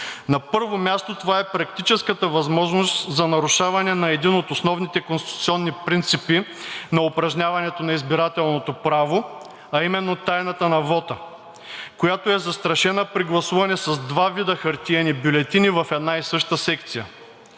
На първо място, това е практическата възможност за нарушаване на един от основните конституционни принципи на упражняването на избирателното право, а именно тайната на вота, която е застрашена при гласуване с два вида хартиени бюлетини в една и съща секция.